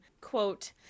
quote